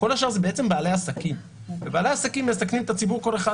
כל השאר הוא בעצם בעלי עסקים ובעלי עסקים מסכנים את הציבור כל אחד,